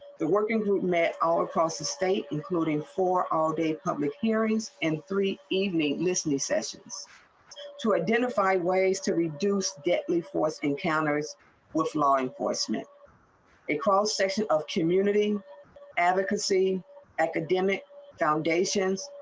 the working group met all across the state including for all the public hearings and three evening listening sessions to identify ways to reduce get the force encounters with law enforcement in cross section of community advocacy academic foundations.